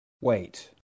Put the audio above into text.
Wait